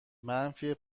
منفی